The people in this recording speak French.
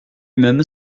même